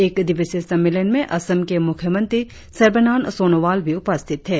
एक दिवसीय सम्मेलन में असम के मुख्यमंत्री सर्बानंद सोनोवाल भी उपस्थित थे